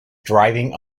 driving